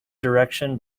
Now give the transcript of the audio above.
direction